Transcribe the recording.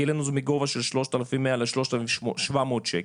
כי העלינו את זה מגובה של 3,100 ל-3,700 שקל,